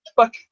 Fuck